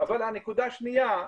אבל הנקודה השנייה,